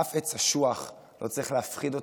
אף עץ אשוח לא צריך להפחיד אותנו,